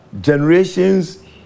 generations